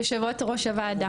יושבת-ראש הוועדה,